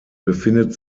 befindet